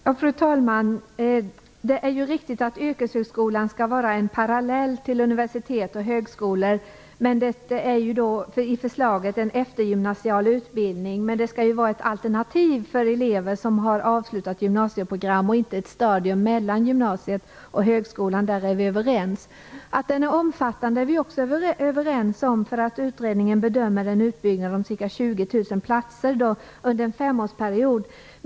Fru talman! Det är riktigt att yrkeshögskolan skall vara en parallell till universitet och högskolor. Det är i förslaget en eftergymnasial utbildning, men det skall vara ett alternativ för elever som har avslutat gymnasieprogram och inte ett stadium mellan gymnasiet och högskolan. Där är vi överens. Att förslaget är omfattande är vi också överens om. Utredningen bedömer att det är fråga om en utbildning med ca 20 000 platser under en femårsperiod.